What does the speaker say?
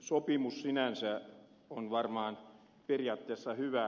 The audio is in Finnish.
sopimus sinänsä on varmaan periaatteessa hyvä